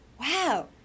wow